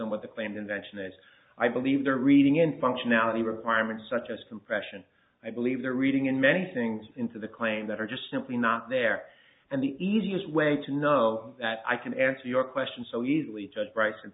in what the claimed invention as i believe their reading and functionality requirements such as compression i believe their reading and many things into the claim that are just simply not there and the easiest way to know that i can answer your question so easily